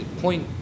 point